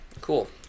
Cool